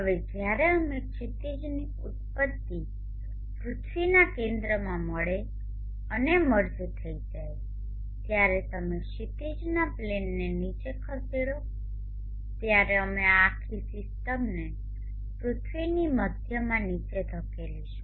હવે જ્યારે અમે ક્ષિતિજની ઉત્પત્તિ પૃથ્વીના કેન્દ્રમાં મળે અને મર્જ થઈ જાય ત્યારે તમે ક્ષિતિજના પ્લેનને નીચે ખસેડો ત્યારે અમે આ આખી સિસ્ટમને પૃથ્વીની મધ્યમાં નીચે ધકેલીશું